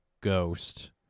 ghost